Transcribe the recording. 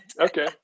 okay